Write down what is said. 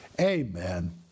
amen